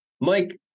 Mike